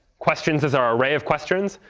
questions is our array of questions.